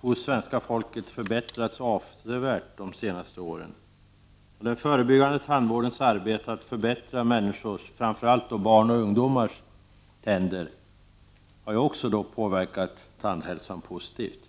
hos svenska foket har förbättrats avsevärt de senaste åren. Den förebyggande tandvårdens arbete för att förbättra människors, framför allt barns och ungdomars, tänder har också påverkat tandhälsan positivt.